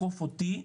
תקוף אותי,